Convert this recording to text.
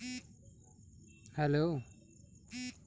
हमार खाता कईसे खुली?